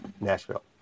Nashville